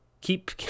Keep